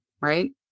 right